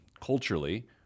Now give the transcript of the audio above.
culturally